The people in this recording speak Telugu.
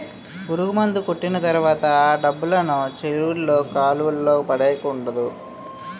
పురుగుమందు కొట్టిన తర్వాత ఆ డబ్బాలను చెరువుల్లో కాలువల్లో పడేకూడదు